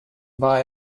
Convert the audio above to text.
war